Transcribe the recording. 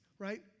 Right